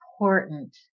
important